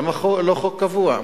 למה לא חוק קבוע?